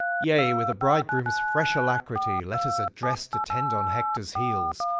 yea, with a bridegroom's fresh alacrity let us address to tend on hector's heels.